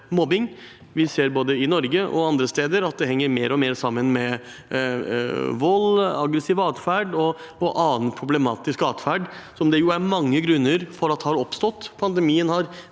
mobbing. Vi ser, både i Norge og andre steder, at det henger mer og mer sammen med vold, aggressiv atferd og annen problematisk atferd, som det er mange grunner til at har oppstått. Pandemien har